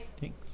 Thanks